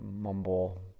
mumble